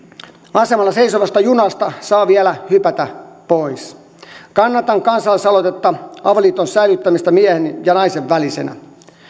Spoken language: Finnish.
asemalla seisovasta junasta saa vielä hypätä pois kannatan kansalaisaloitetta avioliiton säilyttämistä miehen ja naisen välisenä